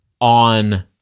on